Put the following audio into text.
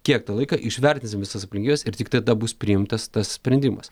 kiek tą laiką išvertinsim visas aplinkybes ir tik tada bus priimtas tas sprendimas